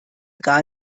gar